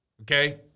okay